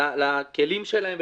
לכלים שלו.